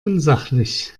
unsachlich